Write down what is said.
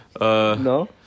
No